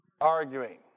Arguing